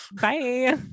Bye